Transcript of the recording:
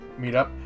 meetup